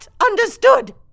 understood